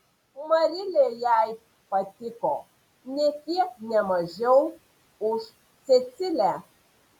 marilė jai patiko nė kiek ne mažiau už cecilę